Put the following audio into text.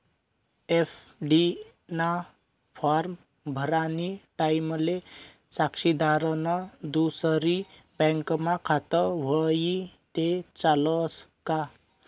FD ना form भरानी टाईमले साक्षीदारनं दुसरी बँकमा खातं व्हयी ते चालस का